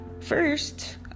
First